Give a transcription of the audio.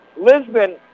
Lisbon